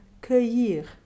cueillir